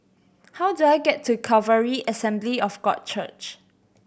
how do I get to Calvary Assembly of God Church